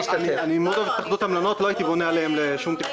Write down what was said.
אני אוהב מאוד את התאחדות המלונות אבל לא הייתי בונה עליהם לשום תקצוב,